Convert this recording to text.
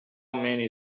many